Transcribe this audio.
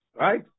Right